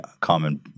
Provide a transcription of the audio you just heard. common